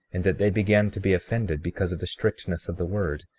and that they began to be offended because of the strictness of the word,